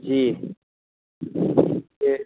जी ते